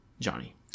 Johnny